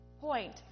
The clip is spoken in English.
point